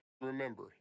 Remember